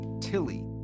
Tilly